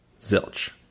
Zilch